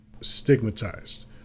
stigmatized